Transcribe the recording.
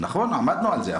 נכון, עמדנו על זה.